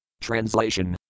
Translation